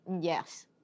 yes